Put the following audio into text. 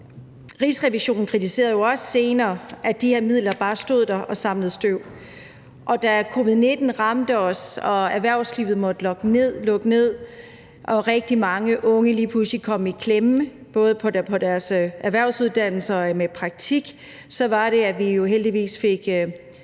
Rigsrevisionen kritiserede jo også senere, at de her midler bare stod der og samlede støv. Og da covid-19 ramte os og erhvervslivet måtte lukke ned og rigtig mange unge lige pludselig kom i klemme både på deres erhvervsuddannelser og deres praktik, så var det jo, at vi heldigvis fik